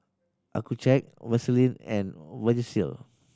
Accucheck Vaselin and Vagisil